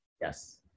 Yes